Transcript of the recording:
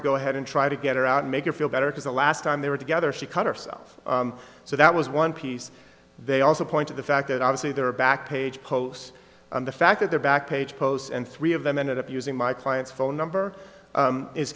to go ahead and try to get her out make him feel better because the last time they were together she cut herself so that was one piece they also point to the fact that obviously there are back page posts and the fact that they're back page posts and three of them ended up using my client's phone number